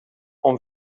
com